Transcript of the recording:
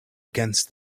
against